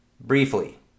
Briefly